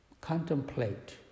Contemplate